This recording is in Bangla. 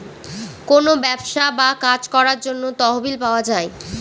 কোনো ব্যবসা বা কাজ করার জন্য তহবিল পাওয়া যায়